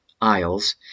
isles